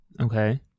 Okay